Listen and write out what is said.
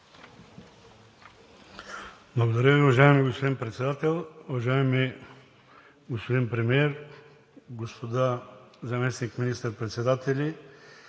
Благодаря. Уважаеми господин Председател, уважаеми господин Премиер, господа заместник министър-председатели!